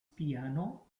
piano